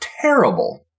terrible